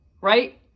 Right